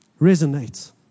Resonates